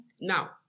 Now